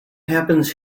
happens